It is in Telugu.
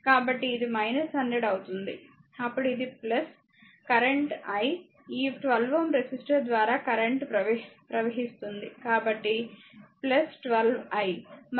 కాబట్టి ఇది 100 అవుతుంది అప్పుడు ఇది కరెంట్ i ఈ 12Ω రెసిస్టర్ ద్వారా కరెంట్ ప్రవహిస్తుంది కాబట్టి 12 i